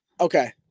Okay